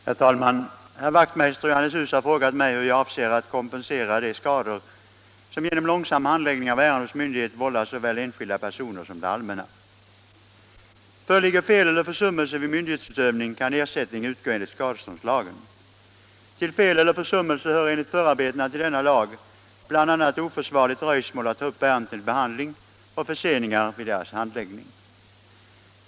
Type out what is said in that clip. Herr talman! Herr Wachtmeister i Johannishus har frågat mig hur jag avser att kompensera de skador som genom långsam handläggning av ärende hos myndighet vållas såväl enskilda personer som det allmänna. Föreligger fel eller försummelse vid myndighetsutövningen kan ersättning utgå enligt skadeståndslagen. Till fel eller försummelse hör enligt förarbetena till denna lag bl.a. oförsvarligt dröjsmål med att ta upp ärenden till behandling och förseningar vid deras handläggning.